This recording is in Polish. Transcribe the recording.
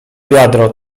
wiadro